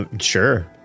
Sure